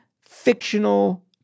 fictional